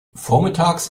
vormittags